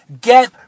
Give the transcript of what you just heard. get